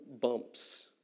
bumps